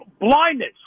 blindness